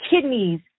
kidneys